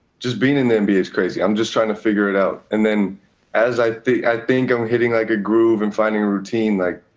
just being in the nba is crazy. i'm just trying to figure it out. and then as i think i think i'm hitting, like, a groove and finding a routine, like,